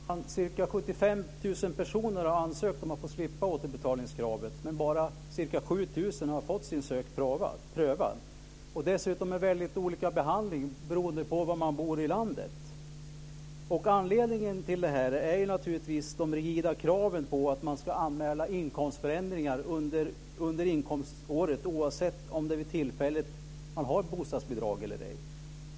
Fru talman! Ca 75 000 personer har ansökt om att få slippa återbetalningskravet, men bara ca 7 000 har fått sin sak prövad. Dessutom har de fått väldigt olika behandling beroende på var de bor i landet. Anledningen till detta är naturligtvis de rigida kraven på att människor ska anmäla inkomstförändringar under inkomståret oavsett om de vid tillfället har bostadsbidrag eller ej.